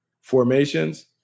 formations